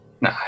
no